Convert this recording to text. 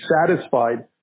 satisfied